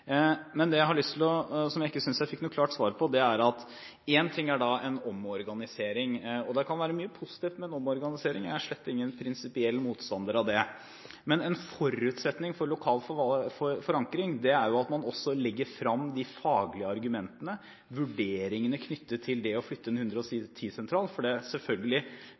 til en ting jeg ikke synes jeg fikk noe klart svar på: Én ting er en omorganisering – det kan være mye positivt med en omorganisering, jeg er slett ingen prinsipiell motstander av det. Men en forutsetning for lokal forankring er at man også legger frem de faglige argumentene og vurderingene knyttet til det å flytte en 110-sentral. Det operasjonelle brannvernet vil selvfølgelig fortsatt tilhøre kommunene, men det